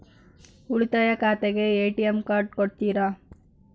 ಉಳಿತಾಯ ಖಾತೆಗೆ ATM card ಕೊಡ್ತೇರಿ?